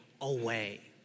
away